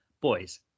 Boys